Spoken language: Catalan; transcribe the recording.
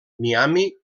miami